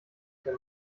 der